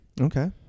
okay